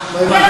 כמובן,